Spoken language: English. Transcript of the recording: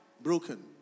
broken